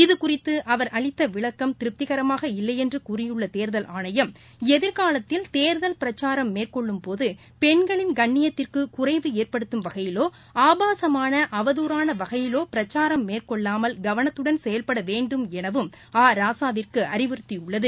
இதகுறித்துஅவர் அளித்தவிளக்கம் திருப்திகரமாக இல்லையென்றுகூறியுள்ளதேர்தல் ஆனையம் எதிர்காலத்தில் தேர்தல் பிரச்சாரம் மேற்கொள்ளும்போது பெண்களின் கண்ணியத்திற்குகுறைவு ஏற்படுத்தும் வகையிலோ ஆபாசமான அவதுறானவகையிலோபிரச்சாரம் மேற்கொள்ளாமல் கவனத்தடன் செயல்படவேண்டும் எனவும் ஆ ராசாவிற்குஅறிவுறுத்தியுள்ளது